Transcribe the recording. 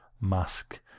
mask